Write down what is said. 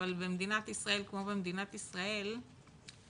אבל במדינת ישראל כמו במדינת ישראל לא